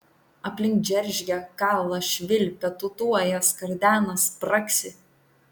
aplink džeržgia kala švilpia tūtuoja skardena spragsi